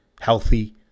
healthy